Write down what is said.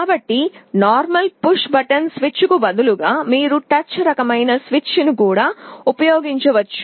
కాబట్టి సాధారణ push button స్విచ్కు బదులుగా మీరు టచ్ రకమైన స్విచ్ను కూడా ఉపయోగించవచ్చు